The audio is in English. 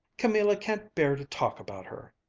camilla can't bear to talk about her!